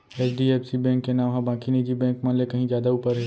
HDFC bank के नांव ह बाकी निजी बेंक मन ले कहीं जादा ऊपर हे